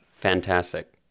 Fantastic